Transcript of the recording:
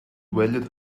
valued